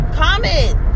comment